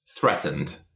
threatened